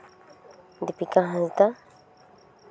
Dipika Hansda